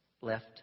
left